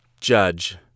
Judge